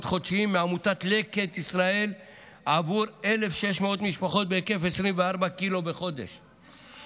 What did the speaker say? חודשיים מעמותת לקט ישראל בהיקף של 24 ק"ג בחודש עבור 1,600 משפחות.